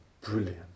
Brilliant